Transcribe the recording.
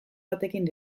batekin